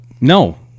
No